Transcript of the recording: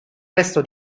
resto